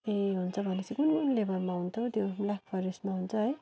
ए हुन्छ भनेपछि कुन कुन फ्लेबरमा हुन्छ हौ त्यो ब्ल्याक फरेस्टमा हुन्छ है